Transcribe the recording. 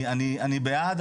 אני בעד,